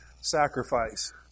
sacrifice